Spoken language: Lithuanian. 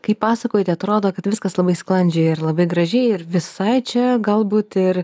kai pasakojate atrodo kad viskas labai sklandžiai ir labai gražiai ir visai čia galbūt ir